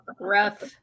Rough